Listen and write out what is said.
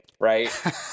right